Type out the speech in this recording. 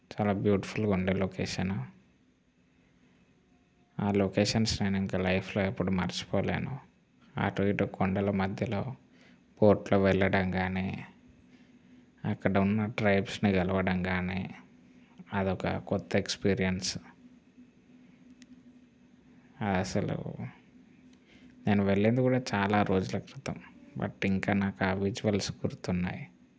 చాలా బ్యూటిఫుల్గా ఉండే లొకేషన్ ఆ లొకేషన్స్ నేను ఇంకా లైఫ్లో ఎప్పుడూ మరచిపోలేను అటు ఇటు కొండల మధ్యలో బోట్లో వెళ్ళడం కానీ అక్కడ ఉన్న ట్రైబ్స్ని కలవడం కానీ అదొక కొత్త ఎక్స్పీరియన్స్ అసలు నేను వెళ్ళింది కూడా చాలా రోజుల క్రితం బట్ ఇంకా నాకు ఆ విజువల్స్ గుర్తున్నాయి